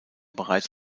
bereits